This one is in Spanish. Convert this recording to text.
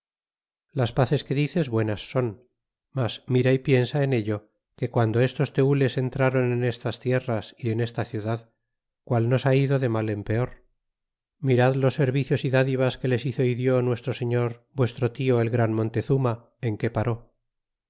las paces que dices buenas son mas mira y piensa en ello que guando estos tenles entrron en estas tierras y en esta ciudad qual nos ha ido de mal en peor mirad los servicios y dádivas que les hizo y dió nuestro señor vuestro tio el gran montezuma en que paró